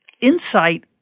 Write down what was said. Insight